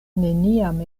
neniam